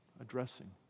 addressing